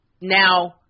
now